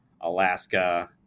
Alaska